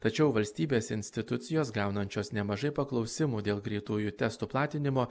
tačiau valstybės institucijos gaunančios nemažai paklausimų dėl greitųjų testų platinimo